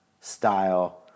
style